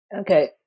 Okay